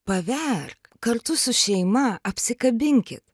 paverk kartu su šeima apsikabinkit